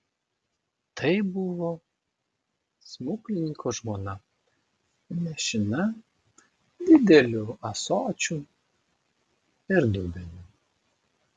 tai buvo smuklininko žmona nešina dideliu ąsočiu ir dubeniu